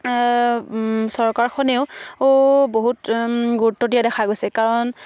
চৰকাৰখনেও বহুত গুৰুত্ব দিয়া দেখা গৈছে কাৰণ